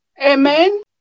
Amen